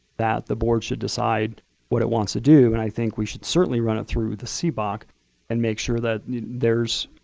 that the board should decide what it wants to do. and i think we should certainly run it through the cboc and make sure that the